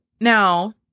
Now